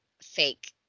fake